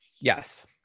Yes